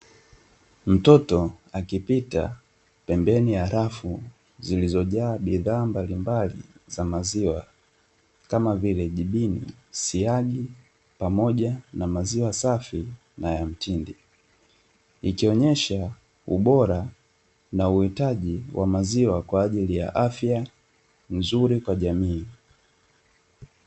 Mtoto akipita pembeni ya rafu zilizojaa bidhaa mbalimbali za maziwa kama vile: jibini, siagi pamoja na maziwa safi na ya mtindi; ikionyesha ubora na uhitaji wa maziwa kwa ajili ya afya nzuri kwa jamii.